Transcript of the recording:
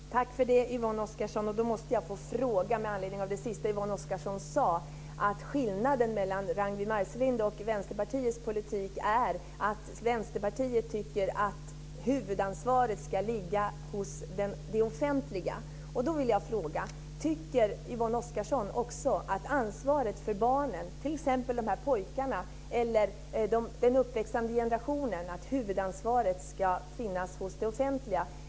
Herr talman! Tack för det, Yvonne Oscarsson! Med anledning av det sista som Yvonne Oscarsson sade måste jag få fråga en sak. Hon sade att skillnaden mellan Ragnwi Marcelinds och Vänsterpartiets politik är att Vänsterpartiet tycker att huvudansvaret ska ligga hos det offentliga. Tycker Yvonne Oscarsson också att huvudansvaret för barnen, t.ex. de här pojkarna, och den uppväxande generationen ska finnas hos det offentliga?